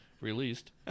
released